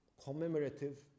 commemorative